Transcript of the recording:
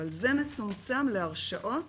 אבל זה מצומצם להרשעות